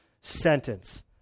sentence